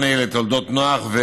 "אלה תולדות נח"